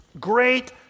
Great